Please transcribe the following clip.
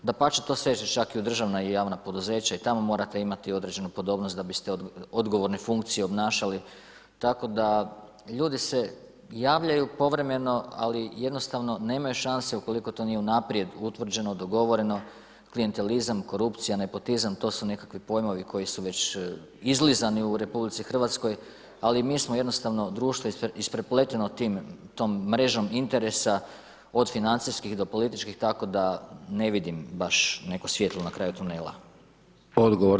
Dapače … državna i javna poduzeća i tamo morate imate određenu podobnost, da biste od odgovorne funkcije obnašali, tako da ljudi se javljaju, povremeno, ali jednostavno nemaju šanse ukoliko to nije unaprijed utvrđeno, dogovoreno, klijentelizam, korupcija, nepotizam, to su nekakvi pojmovi koji su već izlizani u RH, ali mi smo jednostavno društvo isprepleteno tim društvom, mrežom interesa, od financijskih do političkih, tako da ne vidim baš neko svjetlo na kraju tunela.